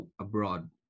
abroad